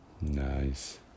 Nice